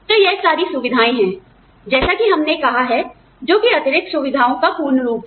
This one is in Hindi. तो यह सारी सुविधाएँ हैं जैसा कि हमने कहा है जोकि अतिरिक्त सुविधाओं का पूर्ण रूप है